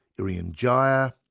irian jaya,